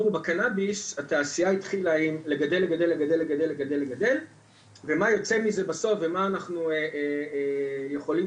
בקנביס התעשייה התחילה לגדל ומה יוצא מזה בסוף ומה אנחנו יכולים